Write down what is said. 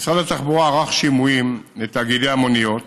משרד התחבורה ערך שימועים לתאגידי המוניות